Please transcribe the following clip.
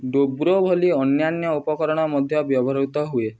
dobro ଭଳି ଅନ୍ୟାନ୍ୟ ଉପକରଣ ମଧ୍ୟ ବ୍ୟବହୃତ ହୁଏ